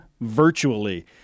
virtually